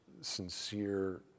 sincere